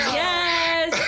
yes